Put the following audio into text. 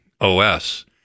OS